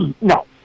No